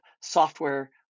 software